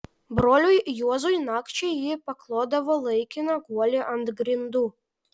broliui juozui nakčiai ji paklodavo laikiną guolį ant grindų